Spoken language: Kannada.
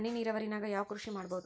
ಹನಿ ನೇರಾವರಿ ನಾಗ್ ಯಾವ್ ಕೃಷಿ ಮಾಡ್ಬೋದು?